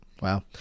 Wow